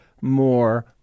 more